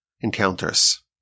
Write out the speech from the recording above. encounters